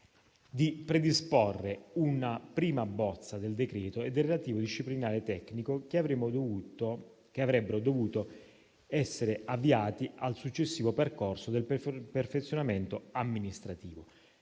di predisporre una prima bozza del decreto e del relativo disciplinare tecnico, che avrebbero dovuto essere avviati al successivo percorso di perfezionamento amministrativo.